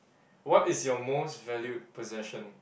what is your most valued possession